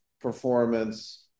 performance